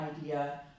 idea